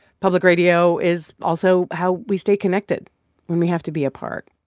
public radio is also how we stay connected when we have to be apart.